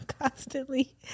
constantly